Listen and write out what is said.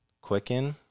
Quicken